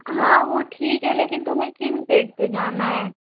हाँ वो ठीक है लेकिन तुम्हे किस डेट पर जाना है